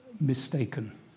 mistaken